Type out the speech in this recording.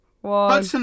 one